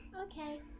Okay